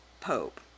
pope